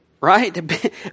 right